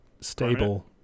stable